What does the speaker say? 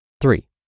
Three